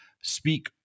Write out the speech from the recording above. speak